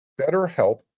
betterhelp